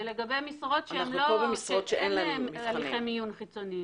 זה לגבי משרות שאין להם הליכי מיון חיצוניים.